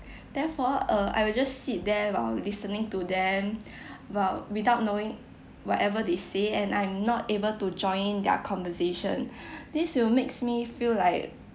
therefore uh I will just sit there while listening to them but without knowing whatever they say and I'm not able to join in their conversation this will makes me feel like